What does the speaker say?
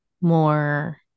more